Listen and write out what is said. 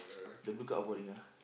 the blue card all boring ah